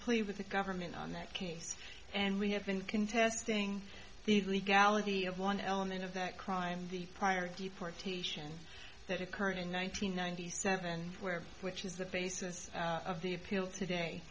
plea with the government on that case and we have been contesting the legality of one element of that crime the prior deportation that occurred in one nine hundred ninety seven where which is the basis of the appeal today